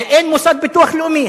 אין מוסד ביטוח לאומי.